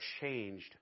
changed